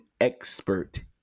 expert